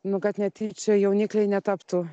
nu kad netyčia jaunikliai netaptų